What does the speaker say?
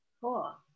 Cool